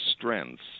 strengths